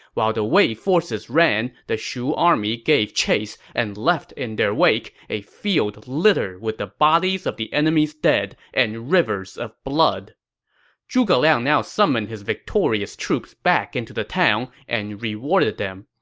while the wei forces ran, the shu army gave chase and left in their wake a field littered with the bodies of the enemy's dead and rivers of blood zhuge liang now summoned his victorious troops back into the town and rewarded them.